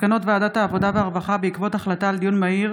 מסקנות ועדת העבודה והרווחה בעקבות דיון מהיר